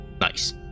Nice